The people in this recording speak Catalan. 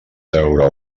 treure